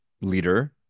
leader